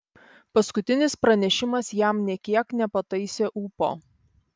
paskutinis pranešimas jam nė kiek nepataisė ūpo